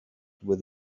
with